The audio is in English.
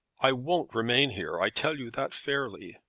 i won't remain here i tell you that fairly.